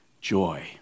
joy